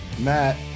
Matt